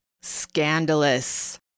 Scandalous